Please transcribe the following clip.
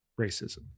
racism